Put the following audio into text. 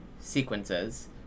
sequences